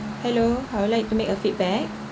hello I would like to make a feedback